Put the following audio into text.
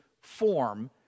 form